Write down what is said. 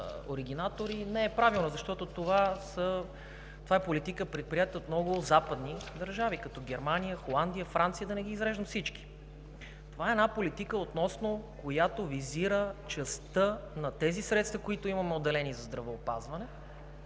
оригинатори не е правилно, защото това е политика, предприета от много западни държави, като Германия, Холандия, Франция – да не изреждам всичките. Това е политика, която визира частта на средствата, отделени за здравеопазване,